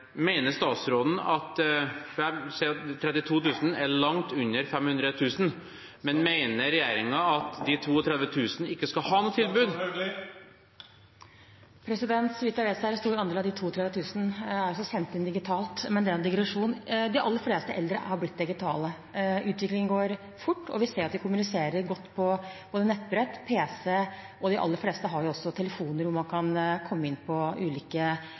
er langt under 500 000. Mener regjeringen at de 32 000 ikke skal ha noe tilbud? Så vidt jeg vet, er en stor andel av de 32 000 underskriftene sendt inn digitalt – men det er en digresjon. De aller fleste eldre er blitt digitale. Utviklingen går fort, og vi ser at vi kommuniserer godt på både nettbrett og pc, og de aller fleste har også telefoner hvor man kan komme inn på ulike